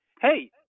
hey –